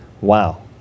Wow